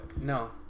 no